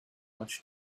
much